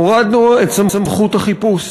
הורדנו את סמכות החיפוש.